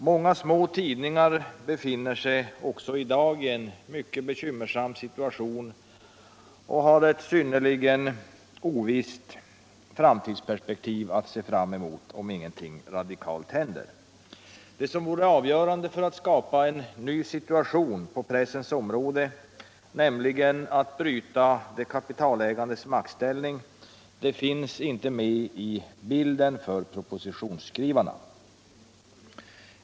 Många tidningar befinner sig också i dag i en mycket bekymmersam situation och har ett synnerligen ovisst framtidsperspektiv att se fram emot, om ingenting radikalt händer. Det som vore avgörande för att skapa en ny situation på pressens område, nämligen att bryta de kapitalägandes maktställning, finns inte med i bilden för propositionsskrivarna.